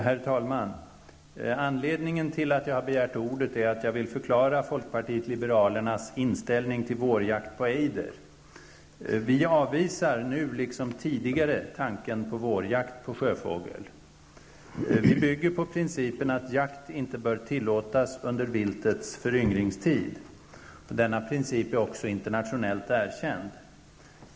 Herr talman! Anledningen till att jag har begärt ordet är att jag vill förklara folkpartiet liberalernas inställning till vårjakt på ejder. Vi avvisar nu liksom tidigare tanken på vårjakt på sjöfågel. Vi bygger på principen att jakt inte bör tillåtas under viltets föryngringstid. Denna princip är också internationellt erkänd.